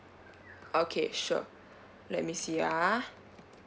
okay sure let me see ah